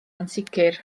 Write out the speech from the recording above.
ansicr